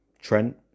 Trent